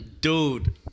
Dude